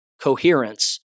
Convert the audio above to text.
coherence